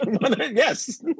Yes